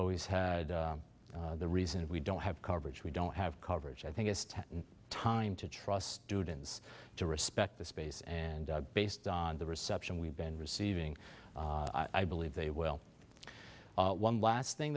always had the reason we don't have coverage we don't have coverage i think it's time to trust students to respect the space and based on the reception we've been receiving i believe they will one last thing